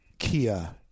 Kia